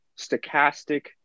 stochastic